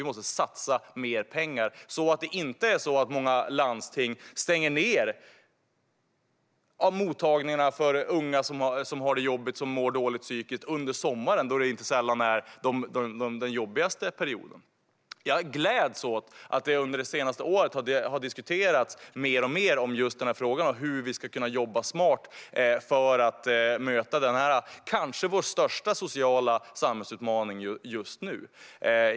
Vi måste satsa mer pengar så att det inte är så att många landsting stänger ned mottagningarna för unga som har det jobbigt och mår dåligt psykiskt under sommaren som inte sällan är den jobbigaste perioden. Jag gläds åt att den frågan diskuterats alltmer under det senaste året och hur vi ska kunna jobba smart för att möta vår kanske största sociala samhällsutmaning just nu.